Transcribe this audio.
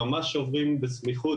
שממש עוברים בסמיכות,